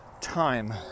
time